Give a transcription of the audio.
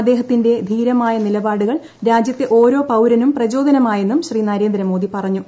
അദ്ദേഹത്തിന്റെ ധീരമായ നിലപാടുകൾ രാജ്യത്തെ ഓരോ പൌരനും പ്രചോദനമായെന്നും ശ്രീ നരേന്ദ്രമോദി പറഞ്ഞു